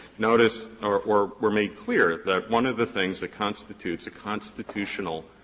noticed or or were made clear that one of the things that constitutes a constitutional